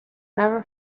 never